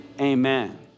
Amen